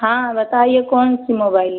हाँ बताइए कौन सा मोबाइल लेना है